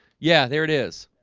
yeah, there it is